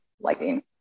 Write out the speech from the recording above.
lighting